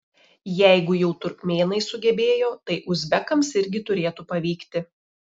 jeigu jau turkmėnai sugebėjo tai uzbekams irgi turėtų pavykti